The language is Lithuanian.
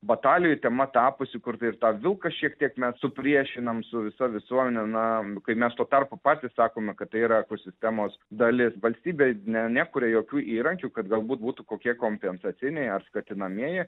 batalijų tema tapusi kur tai tą vilką šiek tiek mes supriešinam su visa visuomene na kai mes tuo tarpu patys sakome kad tai yra ekosistemos dalis valstybė ne nekuria jokių įrankių kad galbūt būtų kokie kompensaciniai ar skatinamieji